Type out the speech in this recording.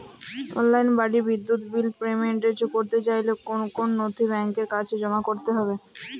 অনলাইনে বাড়ির বিদ্যুৎ বিল পেমেন্ট করতে চাইলে কোন কোন নথি ব্যাংকের কাছে জমা করতে হবে?